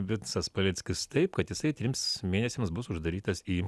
vincas paleckis taip kad jisai trims mėnesiams bus uždarytas į